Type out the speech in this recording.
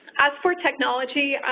as for technology,